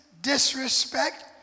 disrespect